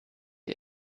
ihr